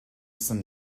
some